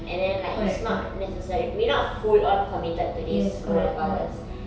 and then like it's not necessary we're not full on committed to this role of ours